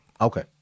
Okay